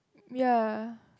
ya